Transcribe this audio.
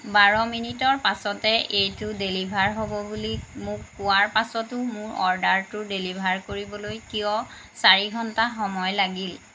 বাৰ মিনিটৰ পাছতে এইটো ডেলিভাৰ হ'ব বুলি মোক কোৱাৰ পাছতো মোৰ অৰ্ডাৰটো ডেলিভাৰ কৰিবলৈ কিয় চাৰি ঘণ্টা সময় লাগিল